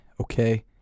okay